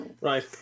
right